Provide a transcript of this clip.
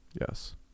Yes